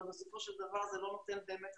אבל בסופו של דבר זה לא נותן אפקט.